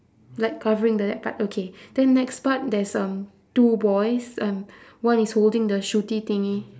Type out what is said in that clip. like covering the right part okay then next part there's um two boys um one is holding the shooty thingy